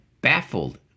baffled